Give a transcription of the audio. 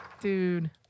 dude